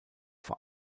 vor